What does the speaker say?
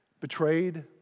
betrayed